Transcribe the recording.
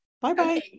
Bye-bye